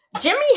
Jimmy